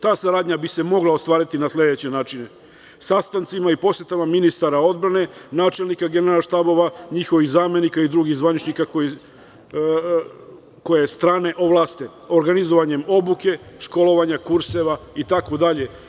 Ta saradnja bi se mogla ostvariti na sledeće načine, sastancima i posetama ministara odbrane, načelnika Generalštaba, njihovih zamenika i drugih zvaničnika koje strane ovlaste, organizovanjem obuke, školovanjem, kurseva i tako dalje.